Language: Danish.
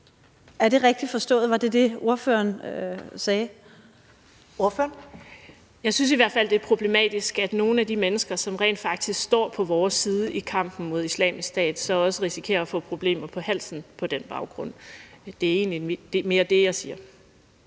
15:06 Karina Lorentzen Dehnhardt (SF): Jeg synes i hvert fald, det er problematisk, at nogle af de mennesker, som rent faktisk står på vores side i kampen mod Islamisk Stat, også risikerer at få problemer på halsen på den baggrund. Det er mere det, jeg siger.